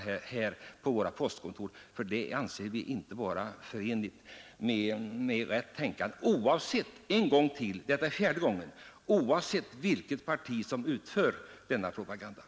En sådan propaganda anser vi inte vara förenlig med vårt tänkande, oavsett — jag säger det nu för fjärde gången — vilket parti som står för den.